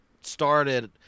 started